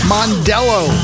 Mondello